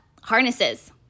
harnesses